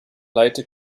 later